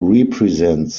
represents